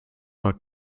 war